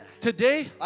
today